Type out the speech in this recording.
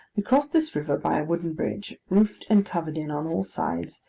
we crossed this river by a wooden bridge, roofed and covered in on all sides,